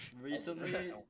Recently